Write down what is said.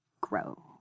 grow